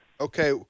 Okay